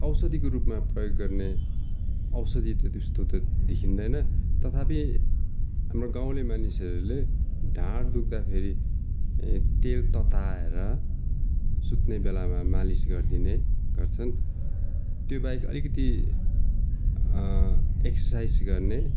औषधीको रूपमा प्रयोग गर्ने औषधी त त्यस्तो त देखिँदैन तथापि हाम्रो गाउँले मानिसहरूले ढाड दुख्दा फेरि तेल तताएर सुत्ने बेलामा मालिस गरिदिने गर्छन् त्यो बाहेक अलिकिति एक्सर्साइज गर्ने